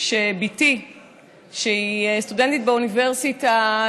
שבתי שהיא סטודנטית באוניברסיטה,